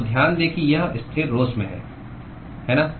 तो ध्यान दें कि यह स्थिरोष्म है है ना